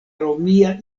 romia